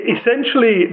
Essentially